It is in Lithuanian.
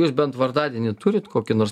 jūs bent vardadienį turit kokį nors